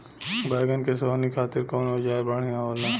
बैगन के सोहनी खातिर कौन औजार बढ़िया होला?